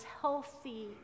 healthy